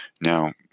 Now